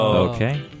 Okay